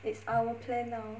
it's our plan now